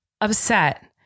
upset